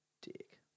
dick